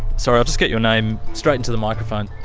sorry i'll just get your name, straight into the microphone.